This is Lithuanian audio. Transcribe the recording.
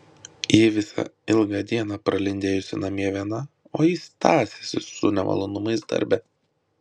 ji visą ilgą dieną pralindėjusi namie viena o jis tąsęsis su nemalonumais darbe